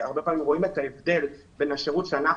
אנחנו הרבה פעמים רואים את ההבדל בין השירות שאנחנו